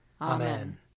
Amen